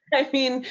i mean,